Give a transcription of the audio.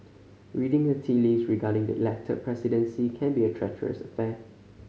reading the tea leaves regarding the Elected Presidency can be a treacherous affair